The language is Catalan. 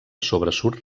sobresurt